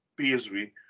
PSV